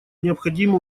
необходимо